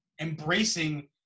embracing